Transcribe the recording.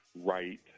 right